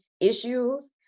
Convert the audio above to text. issues